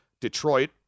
Detroit